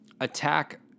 attack